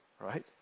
right